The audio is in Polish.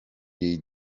jej